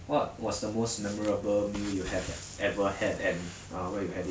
what was the most memorable meal you have ever had and ah where you had it